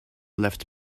left